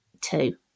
two